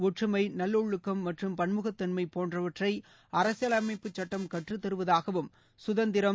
ஒற்றுமை நல்லொழுக்கம் மற்றும் பன்முகத் தன்மை போன்றவற்றை அரசியலமைப்பு சட்டம் கற்றுத் தருவதாகவும் சுதந்திரம்